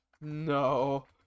No